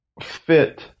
fit